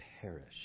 perish